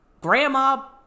Grandma